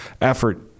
effort